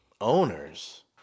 owners